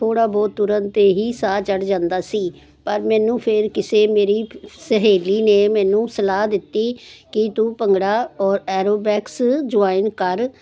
ਤੁਰਨ ਤੇ ਹੀ ਸਾਹ ਚੜ ਜਾਂਦਾ ਸੀ ਪਰ ਮੈਨੂੰ ਫਿਰ ਕਿਸੇ ਮੇਰੀ ਸਹੇਲੀ ਨੇ ਮੈਨੂੰ ਸਲਾਹ ਦਿੱਤੀ ਕਿ ਤੂੰ ਭੰਗੜਾ ਔਰ ਐਰੋਬੈਕਸ ਜੁਆਇਨ ਕਰ ਤਾਂ ਤੇਰੀ ਸਿਹਤ ਠੀਕ